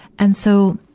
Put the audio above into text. and so,